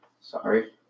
Sorry